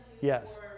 Yes